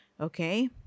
Okay